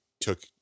took